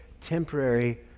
temporary